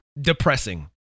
depressing